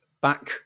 back